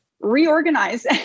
reorganize